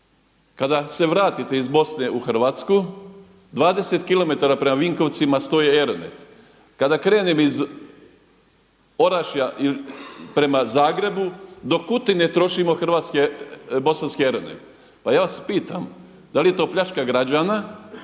Kada se vratite iz Bosne u Hrvatsku dvadeset kilometara prema Vinkovcima stoje ERONET. Kada krenem iz Orašja il' prema Zagrebu do Kutine trošimo hrvatske, bosanski ERONET. Pa ja vas pitam da li je to pljačka građana?